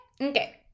Okay